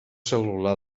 cel·lular